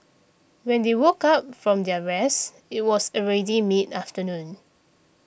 when they woke up from their rest it was already mid afternoon